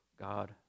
God